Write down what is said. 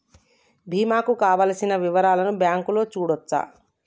బీమా కు కావలసిన వివరాలను బ్యాంకులో చూడొచ్చా?